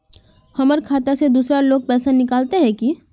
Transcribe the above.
हमर खाता से दूसरा लोग पैसा निकलते है की?